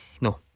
No